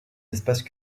espaces